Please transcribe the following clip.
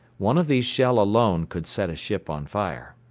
one of these shell alone could set a ship on fire.